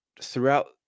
throughout